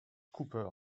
cooper